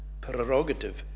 prerogative